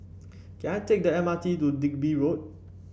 can I take the M R T to Digby Road